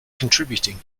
contributing